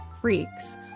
freaks